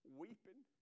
weeping